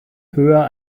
höher